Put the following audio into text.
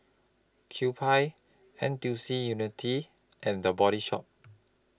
Kewpie N T U C Unity and The Body Shop